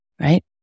right